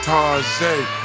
Tarzay